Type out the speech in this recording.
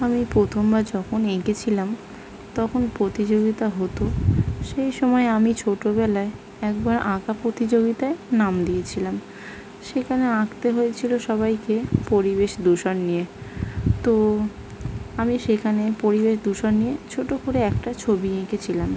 আমি প্রথমবার যখন এঁকেছিলাম তখন প্রতিযোগিতা হতো সেই সময় আমি ছোটোবেলায় একবার আঁকা প্রতিযোগিতায় নাম দিয়েছিলাম সেখানে আঁকতে হয়েছিলো সবাইকে পরিবেশ দূষণ নিয়ে তো আমি সেখানে পরিবেশ দূষণ নিয়ে ছোটো করে একটা ছবি এঁকেছিলাম